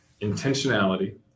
intentionality